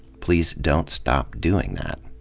please don't stop doing that.